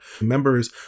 members